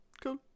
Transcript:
cool